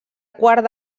quart